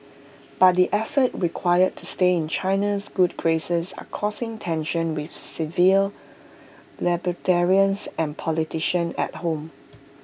but the efforts required to stay in China's good graces are causing tensions with civil libertarians and politicians at home